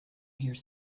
here